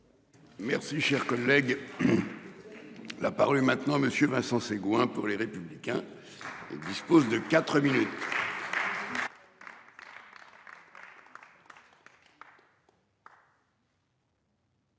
Merci cher collègue. La parole maintenant monsieur Vincent Segouin pour les républicains. Et dispose de 4 minutes.